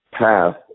path